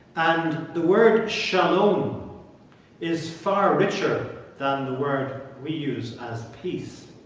and the word shalom is far richer than the word we use as peace.